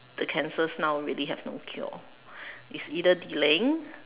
the cancers now really have no cure it's either delaying